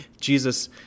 Jesus